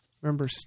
Remember